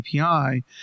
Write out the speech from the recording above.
API